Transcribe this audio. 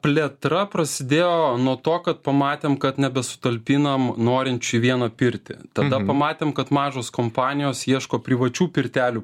plėtra prasidėjo nuo to kad pamatėm kad nebesutalpinam norinčių į vieną pirtį tada pamatėm kad mažos kompanijos ieško privačių pirtelių